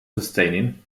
sustaining